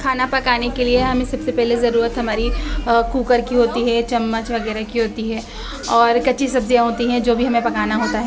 کھانا پکانے کے لیے ہمیں سب سے پہلے ضرورت ہماری کوکر کی ہوتی ہے چمچ وغیرہ کی ہوتی ہے اور کچی سبزیاں ہوتی ہیں جو بھی ہمیں پکانا ہوتا ہے